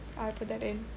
I'll put that in